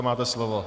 Máte slovo.